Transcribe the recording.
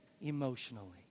emotionally